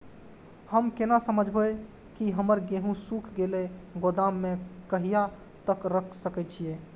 हम केना समझबे की हमर गेहूं सुख गले गोदाम में कहिया तक रख सके छिये?